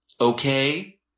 Okay